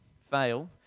fail